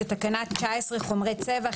(תקנה 19). חומרי צבע.